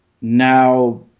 now